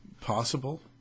possible